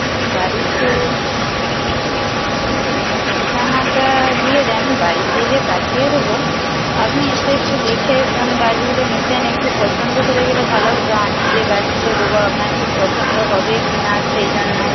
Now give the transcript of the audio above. বাড়িতে ঠিকানাটা দিয়ে দিন বাড়িতে যে পাঠিয়ে দেবো আপনি এসে একটু দেখে কোন গাছগুলো নিতেন একটু পছন্দ করে গেলে ভালো হত আমি যে গাছগুলো দেবো আপনার ঠিক পছন্দ হবে কি না সেই জন্য